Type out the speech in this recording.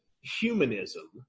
humanism